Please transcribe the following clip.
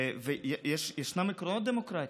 וישנם עקרונות דמוקרטיים.